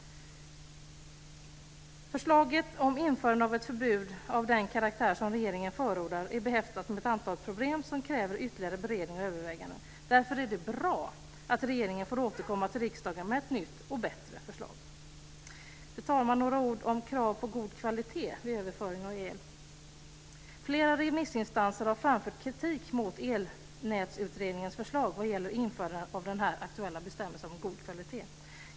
Förslaget om införande av ett förbud av den karaktär som regeringen förordar är behäftat med ett antal problem som kräver ytterligare beredning och överväganden. Därför är det bra att regeringen får återkomma till riksdagen med ett nytt och bättre förslag. Fru talman! Låt mig säga några ord om krav på god kvalitet vid överföring av el. Flera remissinstanser har framfört kritik mot Elnätsutredningens förslag vad gäller införandet av den här aktuella bestämmelsen om god kvalitet.